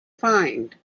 find